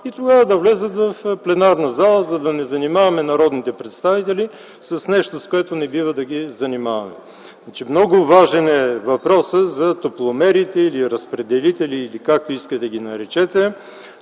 и тогава да влязат в пленарната зала, за да не занимаваме народните представители с нещо, с което не бива да ги занимаваме. Много е важен въпросът за топломерите, разпределителите или както искате ги наречете.